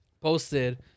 posted